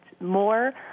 more